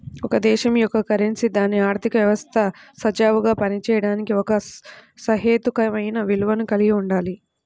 ఒక దేశం యొక్క కరెన్సీ దాని ఆర్థిక వ్యవస్థ సజావుగా పనిచేయడానికి ఒక సహేతుకమైన విలువను కలిగి ఉండాలి